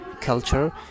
culture